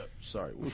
sorry